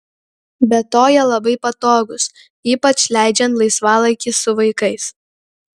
be to jie labai patogūs ypač leidžiant laisvalaikį su vaikais